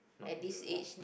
not anymore